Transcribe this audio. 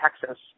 Texas